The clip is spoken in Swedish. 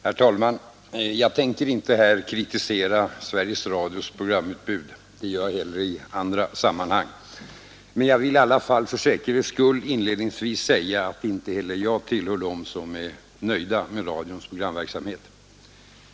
Herr talman! Jag tänker inte här kritisera Sveriges Radios programutbud — det gör jag hellre i andra sammanhang — men jag vill i alla fall för säkerhets skull inledningsvi äga att inte heller jag tillhör dem som är nöjda med radions programverksamhet.